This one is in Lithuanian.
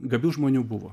gabių žmonių buvo